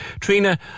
Trina